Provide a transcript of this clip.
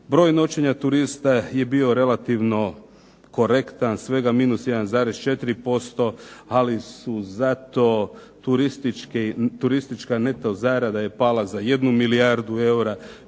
Broj noćenja turista je bio relativno korektan, svega -1,4%, ali su zato turistička neto zarada je pala za 1 milijardu eura.